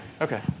Okay